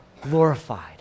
glorified